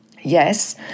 Yes